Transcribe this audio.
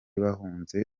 bahunze